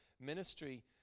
ministry